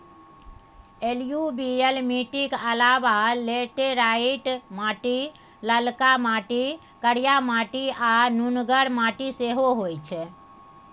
एलुयुबियल मीटिक अलाबा लेटेराइट माटि, ललका माटि, करिया माटि आ नुनगर माटि सेहो होइ छै